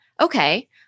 okay